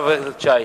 כל הזמן